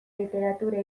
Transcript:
literatura